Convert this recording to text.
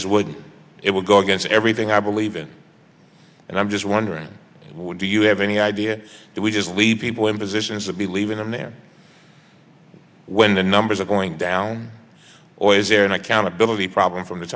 just would it would go against everything i believe in and i'm just wondering what do you have any idea that we just leave people in positions to be leaving them there when the numbers are going down or is there an accountability problem from the